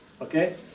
Okay